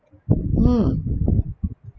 mm